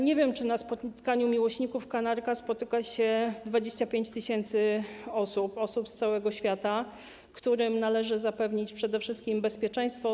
Nie wiem, czy na takim spotkaniu miłośników kanarków pojawi się 25 tys. osób z całego świata, którym należy zapewnić przede wszystkim bezpieczeństwo.